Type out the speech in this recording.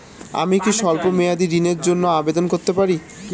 আমি কি স্বল্প মেয়াদি ঋণের জন্যে আবেদন করতে পারি?